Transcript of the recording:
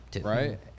right